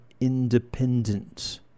independent